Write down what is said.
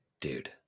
dude